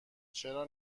چرا